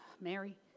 Mary